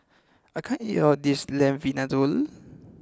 I can't eat all of this Lamb Vindaloo